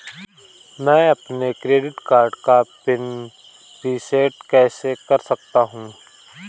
मैं अपने credit card का पिन रिसेट कैसे कर सकता हूँ?